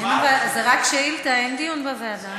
זה רק שאילתה, אין דיון בוועדה.